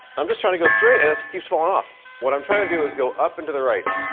i'm just trying to go straight and it keeps falling off. what i'm trying to do is go up and to the right.